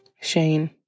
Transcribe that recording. Shane